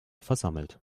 versammelt